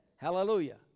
Hallelujah